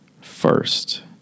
first